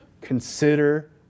consider